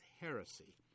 heresy